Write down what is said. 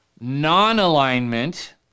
Non-alignment